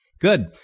Good